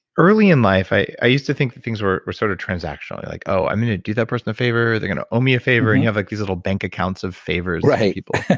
early in life, i i used to think that things were were sort of transactional. like, oh, i'm going to do that person a favor. they're going to owe me a favor. and you have like these little bank accounts of favors to people.